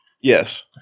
yes